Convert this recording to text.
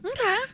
Okay